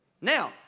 Now